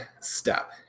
step